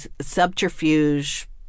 subterfuge